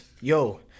yo